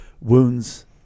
wounds